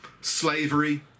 slavery